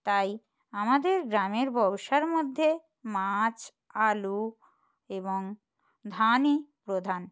তাই আমাদের গ্রামের ব্যবসার মধ্যে মাছ আলু এবং ধানই প্রধান